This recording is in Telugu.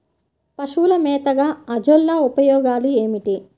పశువుల మేతగా అజొల్ల ఉపయోగాలు ఏమిటి?